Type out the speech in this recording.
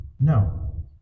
No